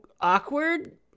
awkward